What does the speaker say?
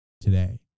today